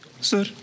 Sir